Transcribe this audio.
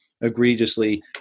egregiously